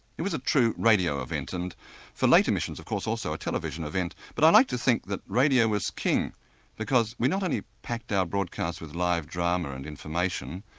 it was a true radio event, and for later missions of course a television event, but i like to think that radio was king because we not only packed our broadcasts with live drama and information,